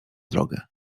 drogę